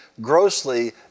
grossly